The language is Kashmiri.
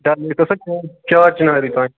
ڈَل لیکَس حظ چار چناری تانۍ